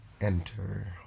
Enter